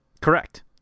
Correct